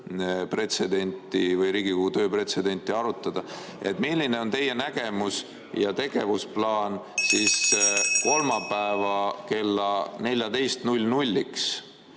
pretsedenti või Riigikogu töö pretsedenti arutada. Milline on teie nägemus ja tegevusplaan kolmapäeva kella 14-ks?